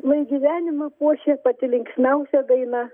lai gyvenimą puošia pati linksmiausia daina